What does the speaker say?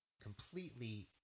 completely